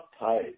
uptight